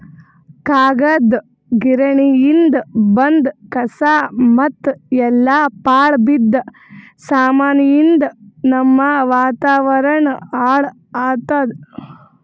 ಕಾಗದ್ ಗಿರಣಿಯಿಂದ್ ಬಂದ್ ಕಸಾ ಮತ್ತ್ ಎಲ್ಲಾ ಪಾಳ್ ಬಿದ್ದ ಸಾಮಾನಿಯಿಂದ್ ನಮ್ಮ್ ವಾತಾವರಣ್ ಹಾಳ್ ಆತ್ತದ